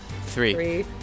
three